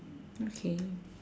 okay